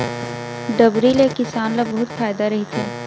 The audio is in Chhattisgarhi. डबरी ले किसान ल बहुत फायदा रहिथे